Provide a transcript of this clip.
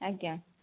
ଆଜ୍ଞା